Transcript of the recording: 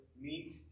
meet